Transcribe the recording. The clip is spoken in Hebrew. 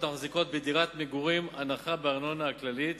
המחזיקות בדירת מגורים הנחה בארנונה הכללית